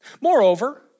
Moreover